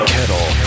Kettle